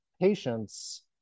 patients